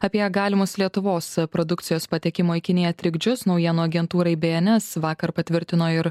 apie galimus lietuvos produkcijos patekimo į kiniją trikdžius naujienų agentūrai bns vakar patvirtino ir